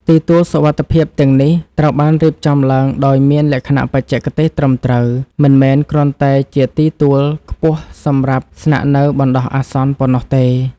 ទីទួលសុវត្ថិភាពទាំងនេះត្រូវបានរៀបចំឡើងដោយមានលក្ខណៈបច្ចេកទេសត្រឹមត្រូវ មិនមែនគ្រាន់តែជាទីទួលខ្ពស់សម្រាប់ស្នាក់នៅបណ្ដោះអាសន្នប៉ុណ្ណោះទេ។